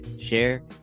share